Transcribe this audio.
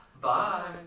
Bye